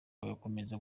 bagakomeza